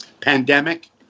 Pandemic